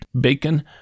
bacon